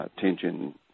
tension